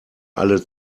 alle